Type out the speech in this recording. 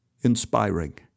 Inspiring